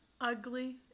Ugly